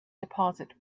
deposit